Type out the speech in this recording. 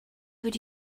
wedi